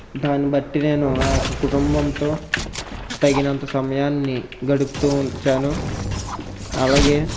దాన్ని బట్టి నేను నా యొక్క కుటుంబంతో తగినంత సమయాన్ని గడుపుతూ ఉంచాను అలాగే